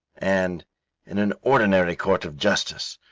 and in an ordinary court of justice.